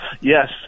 Yes